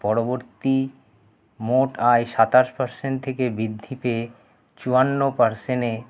পরবর্তী মোট আয় সাতাশ পারসেন্ট থেকে বৃদ্ধি পেয়ে চুয়ান্ন পারসেন্টে